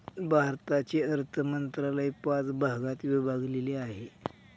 भारताचे अर्थ मंत्रालय पाच भागात विभागलेले आहे